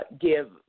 give